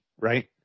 Right